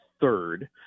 third